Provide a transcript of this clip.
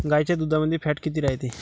गाईच्या दुधामंदी फॅट किती रायते?